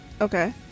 Okay